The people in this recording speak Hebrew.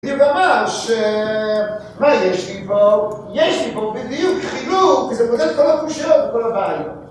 וגם ממש, מה יש לי פה, יש לי פה בדיוק חילוק וזה פותר את כל הקושיות וכל הבעיות.